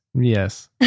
Yes